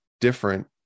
different